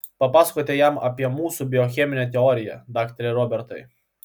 papasakokite jam apie mūsų biocheminę teoriją daktare robertai